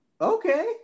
okay